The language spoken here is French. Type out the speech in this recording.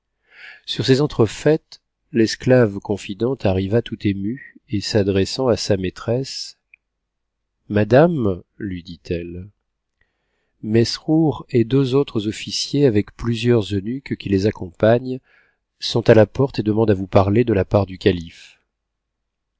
sur ces entrefaites l'esclave confidente arriva tout émue et s'adressant a sa maîtresse madame ui dit-elle mesrouretdeux hutres officiers avec plusieurs eunuques qui les accompagnent sont à la porte et demandent à vous parler de la part du calife